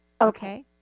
Okay